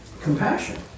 compassion